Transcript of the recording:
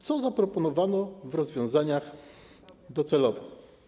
Co zaproponowano w rozwiązaniach docelowych?